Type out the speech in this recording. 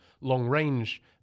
long-range